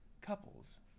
couples